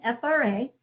FRA